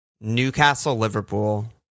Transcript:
Newcastle-Liverpool